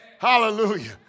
Hallelujah